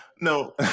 No